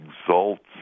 exalts